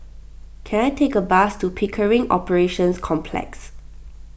can I take a bus to Pickering Operations Complex